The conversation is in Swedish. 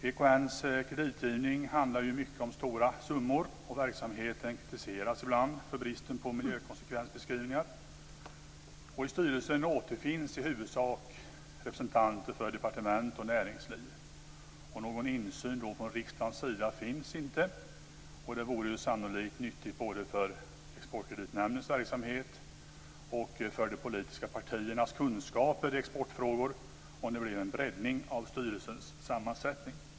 EKN:s kreditgivning handlar ju mycket om stora summor, och verksamheten kritiseras ibland för bristen på miljökonsekvensbeskrivningar. I styrelsen återfinns i huvudsak representanter för departement och näringsliv, och någon insyn från riksdagens sida finns då inte. Det vore sannolikt nyttigt med tanke på både Exportkreditnämndens verksamhet och de politiska partiernas kunskaper i exportfrågor om det blev en breddning av styrelsens sammansättning.